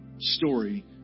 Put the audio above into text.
story